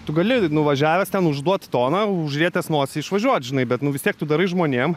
tu gali nuvažiavęs ten užduot toną užrietęs nosį išvažiuot žinai bet nu vis tiek tu darai žmonėm